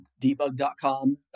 debug.com